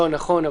נכון,